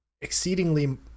exceedingly